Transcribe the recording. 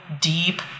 deep